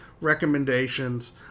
recommendations